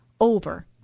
over